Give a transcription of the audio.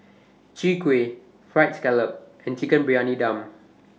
Chwee Kueh Fried Scallop and Chicken Briyani Dum